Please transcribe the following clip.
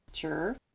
Sure